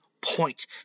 point